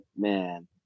man